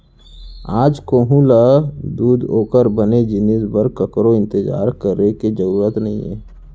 आज कोहूँ ल दूद ओकर बने जिनिस बर ककरो इंतजार करे के जरूर नइये